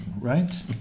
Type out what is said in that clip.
right